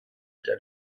der